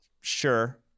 sure